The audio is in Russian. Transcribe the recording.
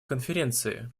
конференции